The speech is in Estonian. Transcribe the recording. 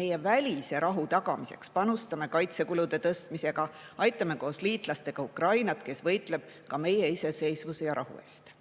Meie välise rahu tagamiseks panustame kaitsekulude tõstmisse ja aitame koos liitlastega Ukrainat, kes võitleb ka meie iseseisvuse ja rahu eest.